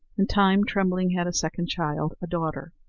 in time trembling had a second child, a daughter.